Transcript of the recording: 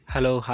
Hello